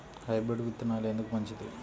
Hybrid విత్తనాలు ఎందుకు మంచిది?